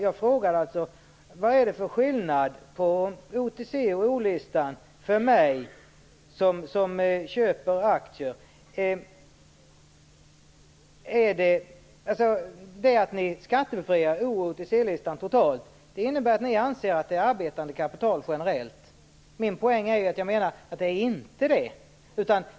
Jag frågade vad det är för skillnad mellan OTC och O listorna och A-listan för mig som köper aktier. Innebär det faktum att ni skattebefriar O och OTC listorna totalt att ni anser att det där generellt gäller arbetande kapital? Min poäng är att det inte är det.